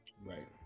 Right